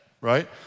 right